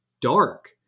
dark